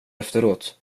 efteråt